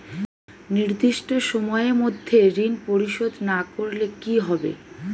নির্দিষ্ট সময়ে মধ্যে ঋণ পরিশোধ না করলে কি হবে?